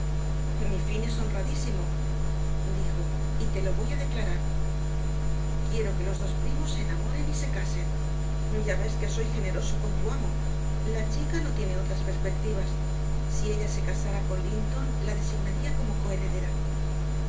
mi fin es honradísimo dijo y te lo voy a declarar quiero que los dos primos se enamoren y se casen ya ves que soy generoso con tu amo la chica no tiene otras perspectivas si ella se casara con linton la designaría como coheredera